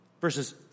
Verses